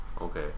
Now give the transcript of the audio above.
Okay